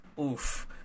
Oof